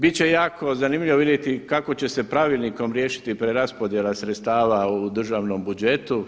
Bit će jako zanimljivo vidjeti kako će se pravilnikom riješiti preraspodjela sredstava u državnom budžetu.